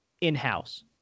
in-house